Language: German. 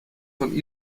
von